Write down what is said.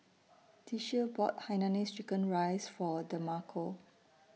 Tishie bought Hainanese Chicken Rice For Demarco